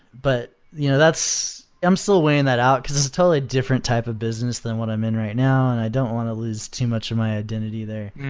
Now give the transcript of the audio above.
but you know i'm still weighing that out, because it's a totally different type of business than what i'm in right now and i don't want to lose too much of my identity there.